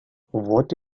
what